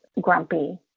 grumpy